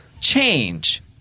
change